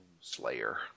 Slayer